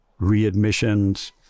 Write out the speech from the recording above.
readmissions